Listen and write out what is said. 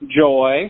Joy